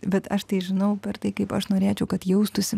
bet aš tai žinau per tai kaip aš norėčiau kad jaustųsi